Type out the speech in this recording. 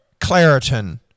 Claritin